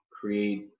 create